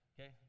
Okay